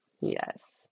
Yes